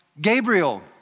Gabriel